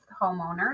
homeowners